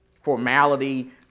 formality